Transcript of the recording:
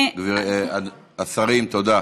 השרים, תודה.